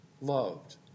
loved